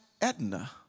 Edna